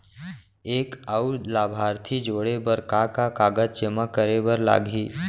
एक अऊ लाभार्थी जोड़े बर का का कागज जेमा करे बर लागही?